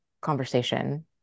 conversation